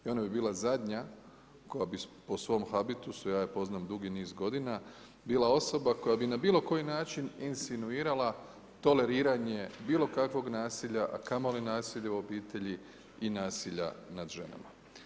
I ona bi bila zadnja koja bi po svom habitusu, ja je poznajem dugi niz godina bila osoba koja bi na bilo koji način insinuirala toleriranje bilo kakvog nasilja a kamoli nasilja u obitelji i nasilja nad ženama.